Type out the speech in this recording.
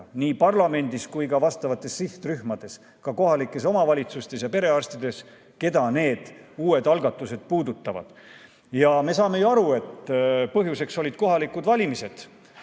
nii parlamendis kui ka sihtrühmades, samuti kohalikes omavalitsustes ja perearstide seas, keda need uued algatused puudutavad. Me saame ju aru, et põhjuseks olid kohalikud valimised,